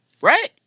right